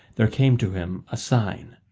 there came to him a sign.